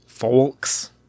Folks